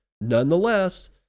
nonetheless